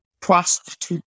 prostitute